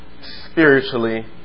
spiritually